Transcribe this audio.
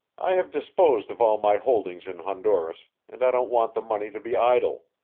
i have disposed of all my holdings in honduras, and i don't want the money to be idle.